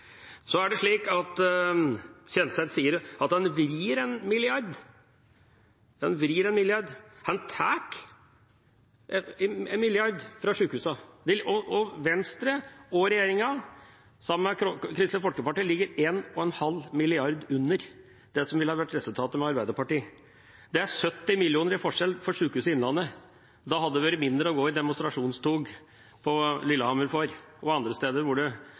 Kjenseth sier at han «vrir» en milliard. «Vrir» en milliard – han tar en milliard fra sykehusene. Venstre og regjeringa sammen med Kristelig Folkeparti ligger 1,5 mrd. kr under det som ville ha vært resultatet med Arbeiderpartiet. Det er 70 mill. kr i forskjell for Sykehuset Innlandet. Det hadde vært mindre å gå i demonstrasjonstog for i Lillehammer og andre steder hvor